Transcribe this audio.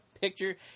picture